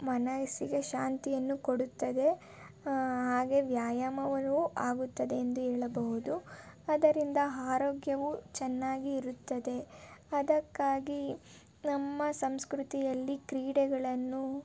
ಮನಸ್ಸಿಗೆ ಶಾಂತಿಯನ್ನು ಕೊಡುತ್ತದೆ ಹಾಗೇ ವ್ಯಾಯಾಮವೂ ಆಗುತ್ತದೆ ಎಂದು ಹೇಳಬಹುದು ಅದರಿಂದ ಆರೋಗ್ಯವೂ ಚೆನ್ನಾಗಿ ಇರುತ್ತದೆ ಅದಕ್ಕಾಗಿ ನಮ್ಮ ಸಂಸ್ಕೃತಿಯಲ್ಲಿ ಕ್ರೀಡೆಗಳನ್ನು